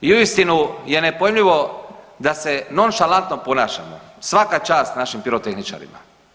I uistinu je nepojmljivo da se nonšalantno ponašamo, svaka čast našim pirotehničarima.